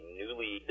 newly